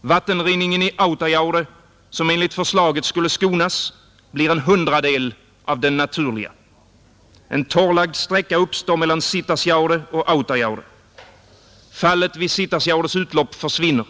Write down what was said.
Vattenrinningen i Autajaure, som enligt förslaget skulle skonas, blir en hundradel av den naturliga. En torrlagd sträcka uppstår mellan Sitasjaure och Autajaure. Fallet vid Sitasjaures utlopp försvinner.